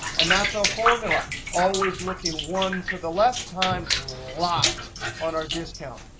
and that's our formula, always looking one to the left times locked on our discount.